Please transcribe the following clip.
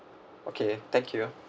okay thank you